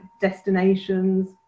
destinations